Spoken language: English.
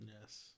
Yes